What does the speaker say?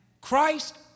Christ